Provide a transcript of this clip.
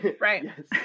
Right